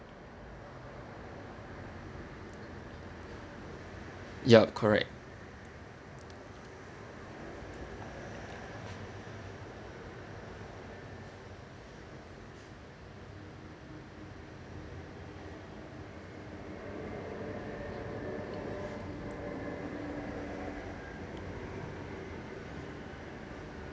yup correct